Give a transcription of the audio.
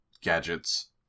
gadgets